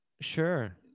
sure